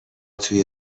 توی